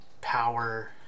power